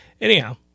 Anyhow